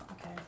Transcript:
Okay